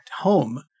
home